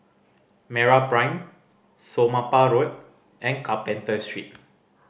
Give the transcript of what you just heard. MeraPrime Somapah Road and Carpenter Street